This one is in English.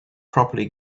properly